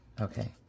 Okay